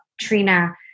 Trina